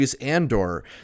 Andor